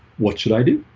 what should i do?